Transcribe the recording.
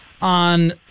on